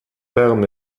perm